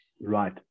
Right